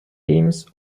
teams